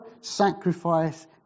sacrifice